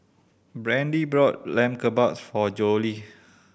Brandie bought Lamb Kebabs for Jolie